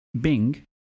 Bing